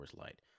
Light